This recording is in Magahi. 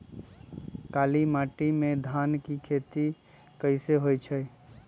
काली माटी में धान के खेती कईसे होइ छइ?